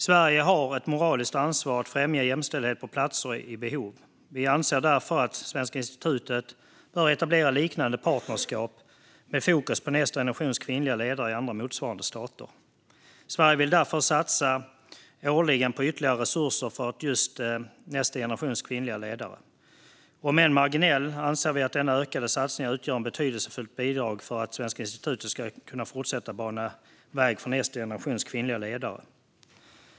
Sverige har ett moraliskt ansvar att främja jämställdhet på platser i behov. Vi anser därför att Svenska institutet bör etablera liknande partnerskap med fokus på nästa generations kvinnliga ledare i andra motsvarande stater. Sverigedemokraterna vill därför årligen satsa ytterligare resurser för just nästa generations kvinnliga ledare. Om än marginell, anser vi att denna ökade satsning utgör ett betydelsefullt bidrag för att Svenska institutet ska kunna fortsätta att bana väg för nästa generations kvinnliga ledare.